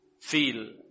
feel